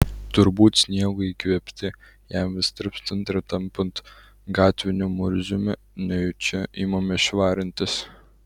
turbūt sniego įkvėpti jam vis tirpstant ir tampant gatviniu murziumi nejučia imame švarintis